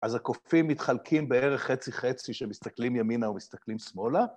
אז הקופים מתחלקים בערך חצי-חצי שמסתכלים ימינה או מסתכלים שמאלה.